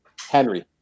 Henry